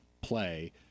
play